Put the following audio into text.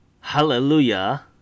Hallelujah